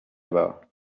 bas